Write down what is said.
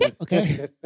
Okay